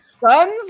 Guns